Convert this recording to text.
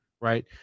right